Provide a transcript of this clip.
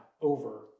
over